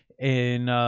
and,